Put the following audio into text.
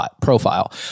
profile